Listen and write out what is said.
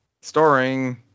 Starring